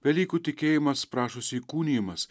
velykų tikėjimas prašosi įkūnijamas